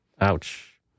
Ouch